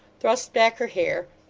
thrust back her hair,